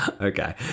Okay